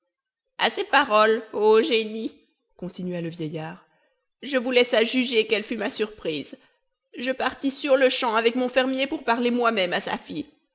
à ces paroles ô génie continua le vieillard je vous laisse à juger quelle fut ma surprise je partis sur-le-champ avec mon fermier pour parler moi-même à sa fille